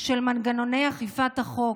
של מנגנוני אכיפת החוק.